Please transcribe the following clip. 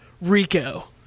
Rico